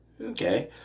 okay